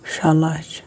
شےٚ لَچھ